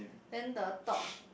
then the top